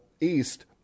East